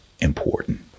important